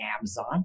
Amazon